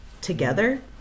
together